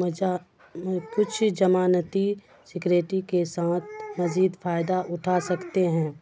مزا کچھ زمانتی سکریٹی کے ساتھ مزید فائدہ اٹھا سکتے ہیں